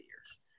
years